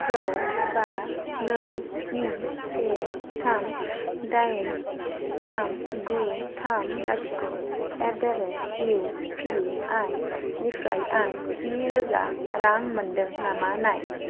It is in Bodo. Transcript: द' बा नै स्नि से थाम दाइन थाम गु थाम लाथिख' at the rate U P I निफ्राय आं स्नि रोजा रां मोनदों नामा नाय